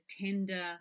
tender